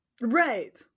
Right